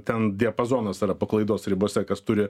ten diapazonas yra paklaidos ribose kas turi